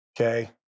Okay